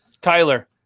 tyler